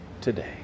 today